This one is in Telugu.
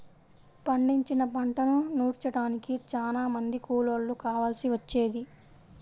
పండించిన పంటను నూర్చడానికి చానా మంది కూలోళ్ళు కావాల్సి వచ్చేది